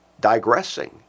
digressing